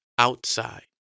Outside